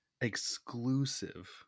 exclusive